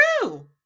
true